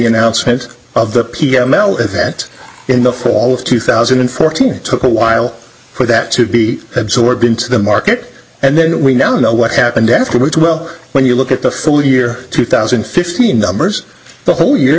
announcement of the p m l is that in the fall of two thousand and fourteen it took a while for that to be absorbed into the market and then we now know what happened afterwards well when you look at the full year two thousand and fifteen numbers the whole year